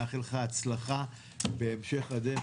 מאחל לך הצלחה בהמשך הדרך.